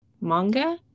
manga